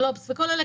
גלובס וכל אלה,